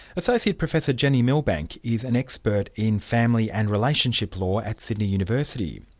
associated professor jenni millbank is an expert in family and relationship law at sydney university.